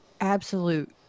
absolute